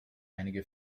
einige